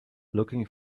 looking